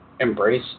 Embrace